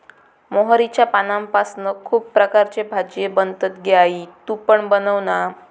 मोहरीच्या पानांपासना खुप प्रकारचे भाजीये बनतत गे आई तु पण बनवना